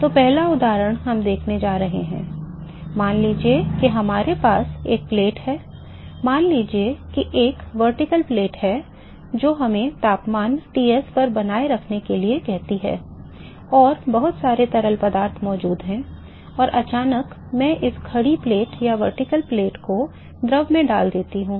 तो पहला उदाहरण हम देखने जा रहे हैं मान लीजिए कि हमारे पास एक प्लेट है मान लीजिए कि एक ऊर्ध्वाधर प्लेट है जो हमें तापमान Ts पर बनाए रखने के लिए कहती है और बहुत सारे तरल पदार्थ मौजूद हैं और अचानक मैं इस खड़ी प्लेट को द्रव में डाल रहा हूँ